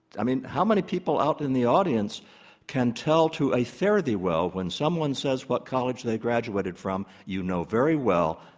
i mean, how many people out in the audience can tell to a fare-thee-well when someone says what college they graduated from, you know very well,